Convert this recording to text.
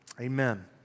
amen